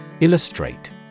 Illustrate